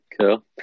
Cool